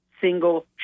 single